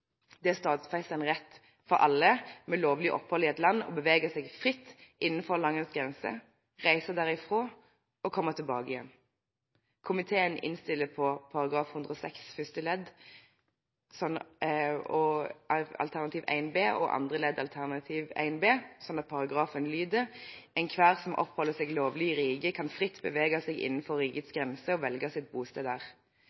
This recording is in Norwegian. Det er stadfestet en rett for alle med lovlig opphold i et land til å bevege seg fritt innenfor landets grenser, reise derfra og komme tilbake igjen. Komiteen innstiller på § 106 første ledd alternativ 1 B og andre ledd alternativ 1 B, slik at paragrafen lyder: «Enhver som oppholder seg lovlig i riket, kan fritt bevege seg innenfor rikets